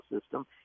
system